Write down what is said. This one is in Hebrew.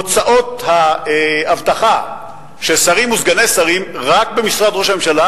הוצאות האבטחה של שרים וסגני שרים עלו